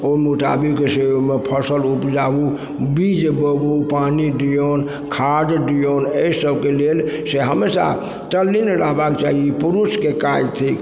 ओइ मोताबिक से ओइमे फसल उपजाबु बीज बोबु पानि दियोन खाद दियोन अइ सबके लेल से हमेशा तल्लीन रहबाके चाही ई पुरुषके काज थीक